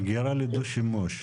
אגירה לדו-שימוש.